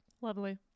Lovely